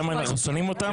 כמה אנחנו שונאים אותם?